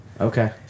Okay